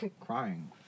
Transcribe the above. crying